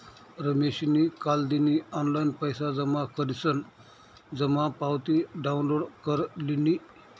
रमेशनी कालदिन ऑनलाईन पैसा जमा करीसन जमा पावती डाउनलोड कर लिनी